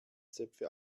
zöpfe